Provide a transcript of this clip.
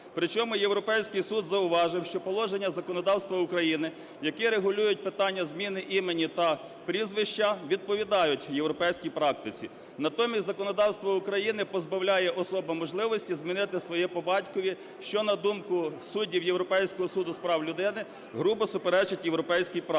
причому Європейський Суд зауважив, що положення законодавства України, які регулюють питання зміни імені та прізвища, відповідають європейській практиці. Натомість законодавство України позбавляє особам можливості змінити своє по батькові, що, на думку суддів Європейського суду з прав людини, грубо суперечать європейській практиці.